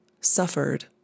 suffered